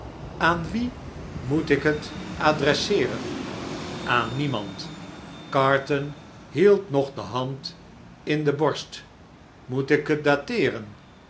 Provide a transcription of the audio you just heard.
aan wien moet ik het adresseeren aan niemand carton hield nog de hand in de borst moet ik het